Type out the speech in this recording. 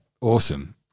awesome